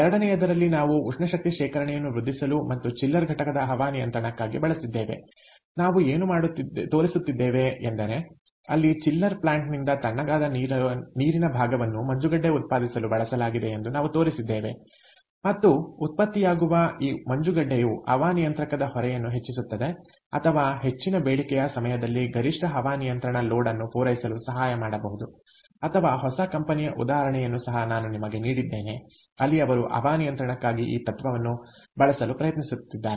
ಎರಡನೆಯದರಲ್ಲಿ ನಾವು ಉಷ್ಣ ಶಕ್ತಿ ಶೇಖರಣೆಯನ್ನು ವೃದ್ಧಿಸಲು ಮತ್ತು ಚಿಲ್ಲರ್ ಘಟಕದ ಹವಾನಿಯಂತ್ರಣಕ್ಕಾಗಿ ಬಳಸಿದ್ದೇವೆ ನಾವು ಏನು ತೋರಿಸುತ್ತಿದ್ದೇವೆ ಎಂದರೆ ಅಲ್ಲಿ ಚಿಲ್ಲರ್ ಪ್ಲಾಂಟ್ನಿಂದ ತಣ್ಣಗಾದ ನೀರಿನ ಭಾಗವನ್ನು ಮಂಜುಗಡ್ಡೆ ಉತ್ಪಾದಿಸಲು ಬಳಸಲಾಗಿದೆಯೆಂದು ನಾವು ತೋರಿಸಿದ್ದೇವೆ ಮತ್ತು ಉತ್ಪತ್ತಿಯಾಗುವ ಈ ಮಂಜುಗಡ್ಡೆಯು ಹವಾನಿಯಂತ್ರಕದ ಹೊರೆಯನ್ನು ಹೆಚ್ಚಿಸುತ್ತದೆ ಅಥವಾ ಹೆಚ್ಚಿನ ಬೇಡಿಕೆಯ ಸಮಯದಲ್ಲಿ ಗರಿಷ್ಠ ಹವಾನಿಯಂತ್ರಣ ಲೋಡ್ ಅನ್ನು ಪೂರೈಸಲು ಸಹಾಯ ಮಾಡಬಹುದು ಅಥವಾ ಹೊಸ ಕಂಪನಿಯ ಉದಾಹರಣೆಯನ್ನು ಸಹ ನಾನು ನಿಮಗೆ ನೀಡಿದ್ದೇನೆ ಅಲ್ಲಿ ಅವರು ಹವಾ ನಿಯಂತ್ರಣಕ್ಕಾಗಿ ಈ ತತ್ವವನ್ನು ಬಳಸಲು ಪ್ರಯತ್ನಿಸುತ್ತಿದ್ದಾರೆ